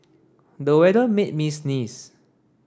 the weather made me sneeze